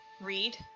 read